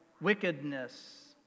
Wickedness